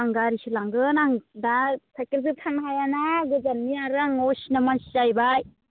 आं गारिसो लांगोन आं दा साइकेलजों थांनो हायाना गोजाननि आरो आं असिना मानसि जाहैबाय